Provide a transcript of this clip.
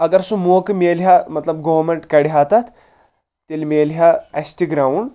اگر سُہ موقعہٕ میلہِ ہا مطلب گورمینٹ کڑِہا تتھ تیٚلہِ میلہِ ہا اسہِ تہِ گرونٛڈ